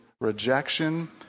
rejection